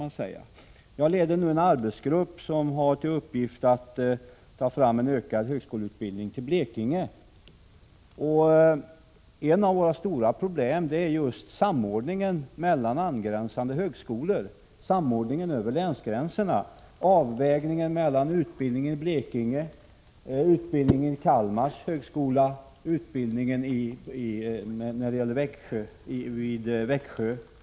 Jag leder för närvarande en arbetsgrupp som har till uppgift att utforma en utökad högskoleutbildning i Blekinge, och ett av våra stora problem är samordningen över länsgränserna med näraliggande högskolor, dvs. avvägningen mellan utbildningen i Blekinge och utbildningen vid högskolorna i Kalmar och i Växjö.